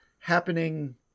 happening